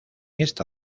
esta